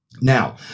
Now